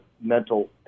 mental